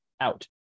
out